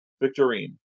Victorine